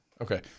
Okay